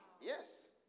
Yes